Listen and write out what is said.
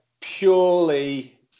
purely